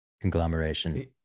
conglomeration